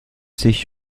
sich